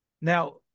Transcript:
Now